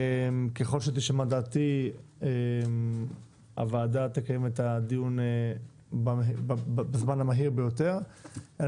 ככל שתשמע דעתי הוועדה תקיים את הדיון בזמן המהיר ביותר על